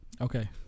Okay